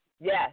yes